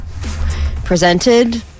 presented